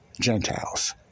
Gentiles